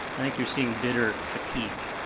i think you're seeing bidder fatigue,